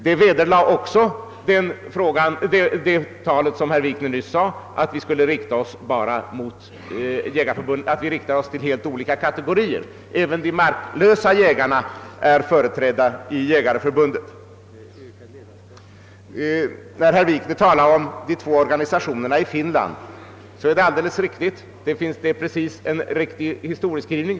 Denna undersökning vederlade också herr Wikners påstående att de båda förbunden skulle rikta sig till helt olika kategorier. även de marklösa jägarna är mycket väl företrädda i Svenska jägareförbundet. När herr Wikner talade om de två organisationerna i Finland gjorde han en riktig historieskrivning.